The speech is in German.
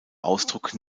ausdruck